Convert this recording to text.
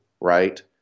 right